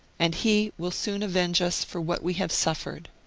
and he will soon avenge us for what we have suffered